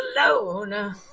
alone